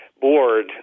board